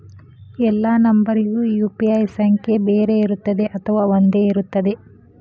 ಎಲ್ಲಾ ನಂಬರಿಗೂ ಯು.ಪಿ.ಐ ಸಂಖ್ಯೆ ಬೇರೆ ಇರುತ್ತದೆ ಅಥವಾ ಒಂದೇ ಇರುತ್ತದೆ?